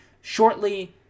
shortly